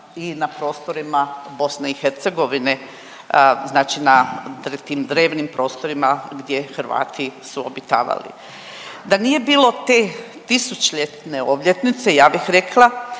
i na prostorima Bosne i Hercegovine, znači na tim drevnim prostorima gdje Hrvati su obitavali. Da nije bilo te tisućljetne obljetnice ja bih rekla